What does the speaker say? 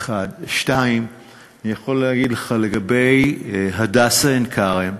2. אני יכול להגיד לך לגבי "הדסה עין-כרם",